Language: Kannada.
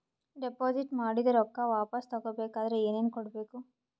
ಡೆಪಾಜಿಟ್ ಮಾಡಿದ ರೊಕ್ಕ ವಾಪಸ್ ತಗೊಬೇಕಾದ್ರ ಏನೇನು ಕೊಡಬೇಕು?